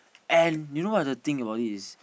and you know what the thing about it is